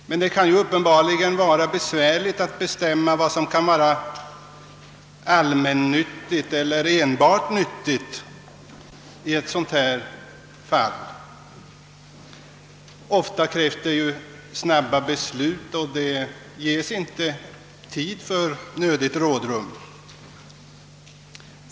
Det kan uppenbarligen vara besvärligt att bestämma vad som kan anses vara allmännyttigt eller enbart nyttigt i ett sådant här fall. Ofta krävs snabba beslut, och tid för nödigt rådrum ges icke.